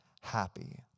happy